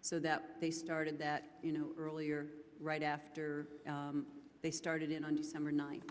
so that they started that you know earlier right after they started in on number ni